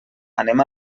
anem